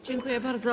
Dziękuję bardzo.